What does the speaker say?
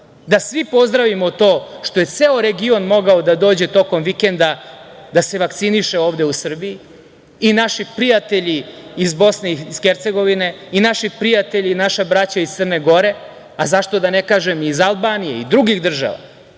da svi pozdravimo to što je ceo region mogao da dođe tokom vikenda da se vakciniše ovde u Srbiji, i naši prijatelji iz Bosne i Hercegovine i naši prijatelji i naša braća iz Crne Gore, a zašto da ne kažem i iz Albanije, i drugih država